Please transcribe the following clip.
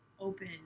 open